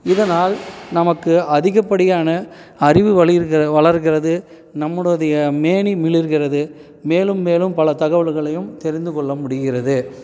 இதனால் நமக்கு அதிகப்படியான அறிவு வலிற் வளருகிறது நம்மளுடைய மேனி மிளிர்கிறது மேலும் மேலும் பல தகவல்களையும் தெரிந்து கொள்ள முடிகிறது